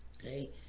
okay